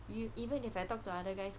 you even if I talk to other guys